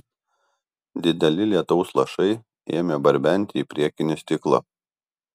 dideli lietaus lašai ėmė barbenti į priekinį stiklą